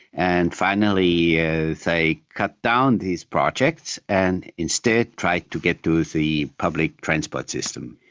and finally ah they cut down these projects and instead tried to get to the public transport system.